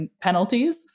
penalties